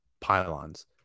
pylons